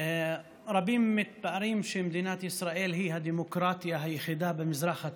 רבים מתפארים שמדינת ישראל היא הדמוקרטיה היחידה במזרח התיכון,